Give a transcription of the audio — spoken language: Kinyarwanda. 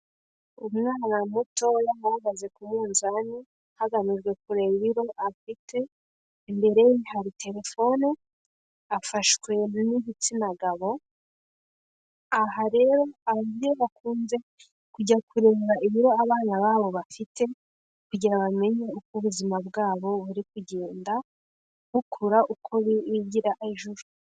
Umwana mutoya uhagaze ku munzani, hagamijwe kureba ibiro afite imbere ye hari telefone, afashwe n'igitsina gabo, aha rero ababyeyi bakunze kujya kureba ibiro abana babo bafite kugira bamenye uko ubuzima bwabo buri kugenda bukura uko bigira ijuru.